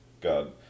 God